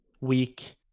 Week